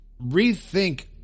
rethink